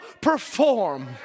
perform